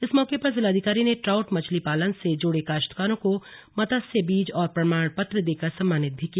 इस मौके पर जिलाधिकारी ने ट्राउट मछली पालन से जुड़े काश्तकारों को मत्स्य बीज और प्रमाण पत्र देकर सम्मानित भी किया